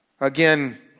Again